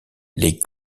les